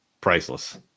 priceless